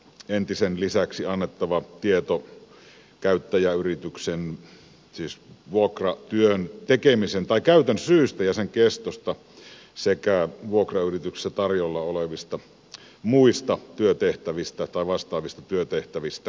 entisen lisäksi vuokratyöntekijälle on annettava tieto vuokratyön käytön syystä ja sen kestosta sekä vuokrayrityksessä tarjolla olevista muista vastaavista työtehtävistä